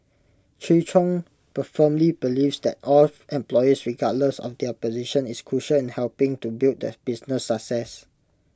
Chi chung per firmly believes that all employees regardless of their position is crucial in helping to build the business success